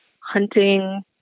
hunting